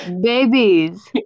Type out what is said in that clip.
babies